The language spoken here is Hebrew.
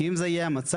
כי אם זה יהיה המצב,